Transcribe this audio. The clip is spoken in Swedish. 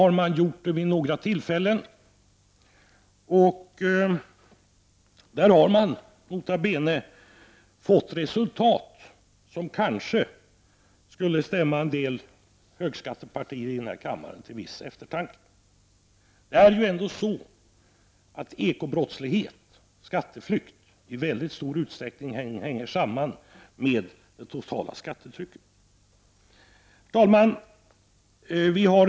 I USA har man, nota bene, fått resultat som kanske skulle stämma en del högskattepartier i denna kammare till eftertanke. Ekobrottslighet och skatteflykt hänger i mycket stor utsträckning samman med det totala skattetrycket. Herr talman!